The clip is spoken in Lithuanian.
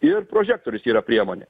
ir prožektorius yra priemonė